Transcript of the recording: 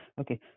okay